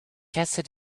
cassie